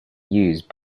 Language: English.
use